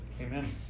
Amen